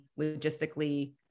logistically